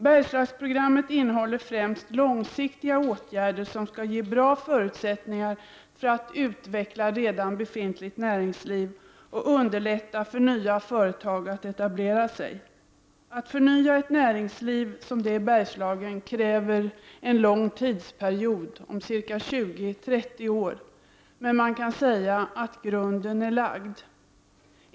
Bergslagsprogrammet innehåller främst långsiktiga åtgärder som skall ge bra förutsättningar för att man skall kunna utveckla redan befintligt näringsliv och underlätta för nya företag att etablera sig. Att förnya ett näringsliv, som det i Bergslagen, kräver en lång tidsperiod, ca 20-30 år. Men man kan säga att grunden är lagd.